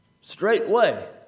straightway